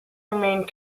remained